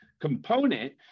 component